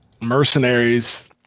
mercenaries